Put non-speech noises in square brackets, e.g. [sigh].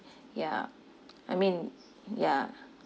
ya [noise] I mean ya